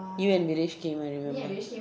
you and viresh came I remember